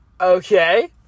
okay